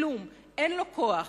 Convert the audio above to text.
כלום, אין לו כוח.